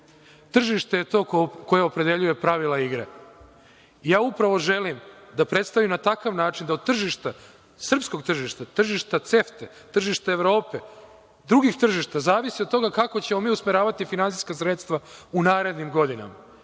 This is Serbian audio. Tržište je to koje opredeljuje pravila igre. Upravo želim da predstavim na takav način da od tržišta, srpskog tržišta, tržišta CEFTE, tržišta Evrope, drugih tržišta zavisi od toga kako ćemo mi usmeravati finansijska sredstva u narednim godinama,